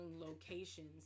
locations